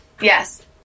Yes